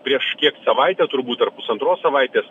prieš kiek savaitę turbūt ar pusantros savaitės